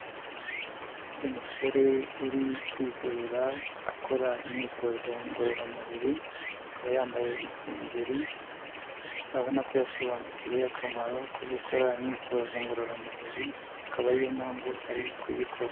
Umusore uri kwigorora akora imyitozo ngororamubiri, akaba yambaye isengeri, urabona ko yasobanukiwe akamaro ko gukora imyitozo ngororamubiri, akaba ariyo mpamvu ari kuyikora.